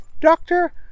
doctor